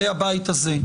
בידי הבית הזה,